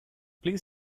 please